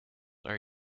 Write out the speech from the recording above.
are